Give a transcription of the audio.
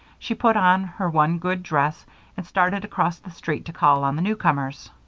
she put on her one good dress and started across the street to call on the newcomers.